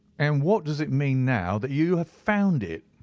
and what does it mean now that you have found it?